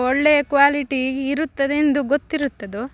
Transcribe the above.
ಒಳ್ಳೆಯ ಕ್ವಾಲಿಟಿ ಇರುತ್ತದೆ ಎಂದು ಗೊತ್ತಿರುತ್ತದೊ